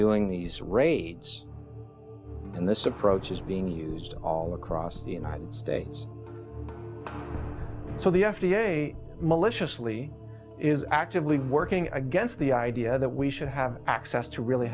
doing these raids and this approach is being used all across the united states so the f d a maliciously is actively working against the idea that we should have access to really